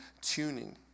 tuning